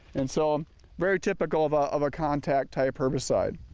and so very typical of ah of a contact type herbicide.